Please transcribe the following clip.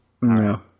No